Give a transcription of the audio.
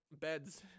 beds